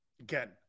Again